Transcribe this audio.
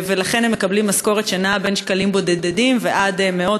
ולכן הם מקבלים בין שקלים בודדים ועד מאות